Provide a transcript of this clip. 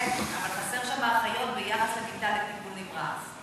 כן, אבל חסרות שם אחיות ביחס למיטה לטיפול נמרץ.